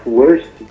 worst